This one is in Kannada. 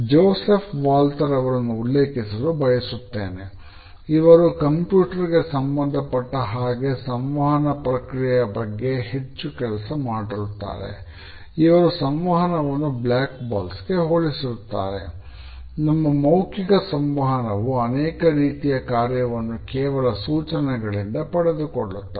ಜೋಸೆಫ್ ವಾಲಥೇರ್ ಆಗಿ ಇರುತ್ತವೆ